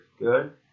good